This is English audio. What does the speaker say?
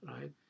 right